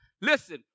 Listen